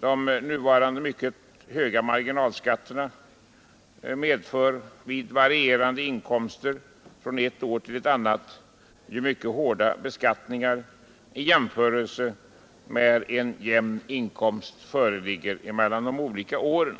De nuvarande mycket höga marginalskatterna medför vid varierande inkomster från ett år till ett annat mycket hårda beskattningar i jämförelse med om en jämn inkomst föreligger mellan de olika åren.